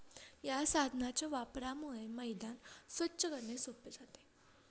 या साधनाच्या वापरामुळे मैदान स्वच्छ करणे सोपे जाते